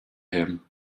him